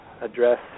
address